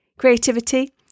Creativity